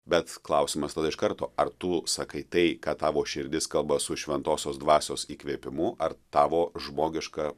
bet klausimas tada iš karto ar tu sakai tai ką tavo širdis kalba su šventosios dvasios įkvėpimu ar tavo žmogiška